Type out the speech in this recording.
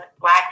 black